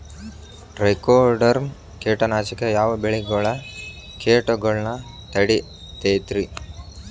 Trichoderma ಕೇಟನಾಶಕ ಯಾವ ಬೆಳಿಗೊಳ ಕೇಟಗೊಳ್ನ ತಡಿತೇತಿರಿ?